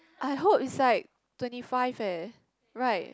I hope it's like twenty five eh right